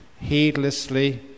heedlessly